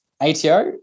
ATO